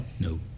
No